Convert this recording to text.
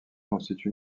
constitue